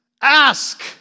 ask